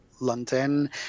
London